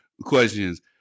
questions